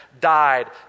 died